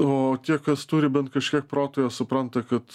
o tie kas turi bent kažkiek proto jie supranta kad